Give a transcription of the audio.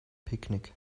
picknick